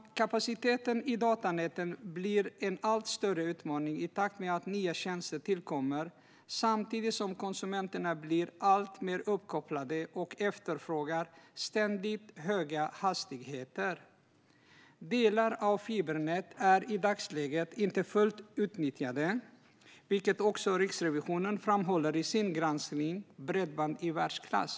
Kapaciteten i datanäten blir en allt större utmaning i takt med att nya tjänster tillkommer samtidigt som konsumenterna blir alltmer uppkopplade och efterfrågar ständigt högre hastigheter. Delar av fibernätet är i dagsläget inte fullt utnyttjade, vilket också Riksrevisionen framhåller i sin granskning Bredband i världsklass?